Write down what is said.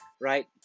right